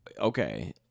Okay